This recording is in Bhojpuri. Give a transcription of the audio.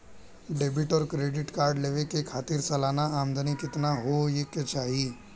डेबिट और क्रेडिट कार्ड लेवे के खातिर सलाना आमदनी कितना हो ये के चाही?